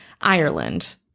Ireland